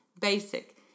Basic